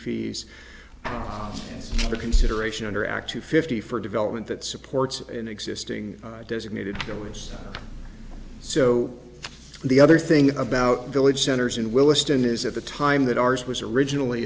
fees for consideration under act two fifty for development that supports an existing designated killers so the other thing about village centers in williston is at the time that ours was originally